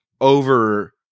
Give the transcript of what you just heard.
over